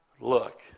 look